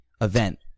event